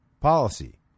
policy